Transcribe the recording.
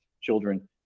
children